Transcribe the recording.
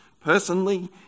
personally